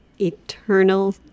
Eternal